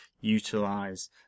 utilize